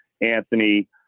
Anthony